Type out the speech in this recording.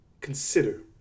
consider